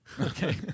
Okay